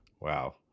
Wow